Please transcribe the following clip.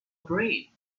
brain